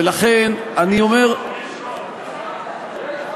ולכן, אני אומר, יש רוב,